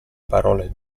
parole